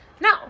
No